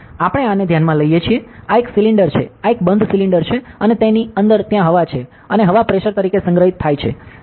આપણે આને ધ્યાનમાં લઈએ છીએ આ એક સિલિન્ડર છે આ એક બંધ સિલિન્ડર છે અને તેની અંદર ત્યાં હવા છે અને હવા પ્રેશર તરીકે સંગ્રહિત થાય છે